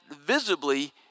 visibly